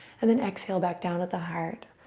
and then exhale back down at the heart,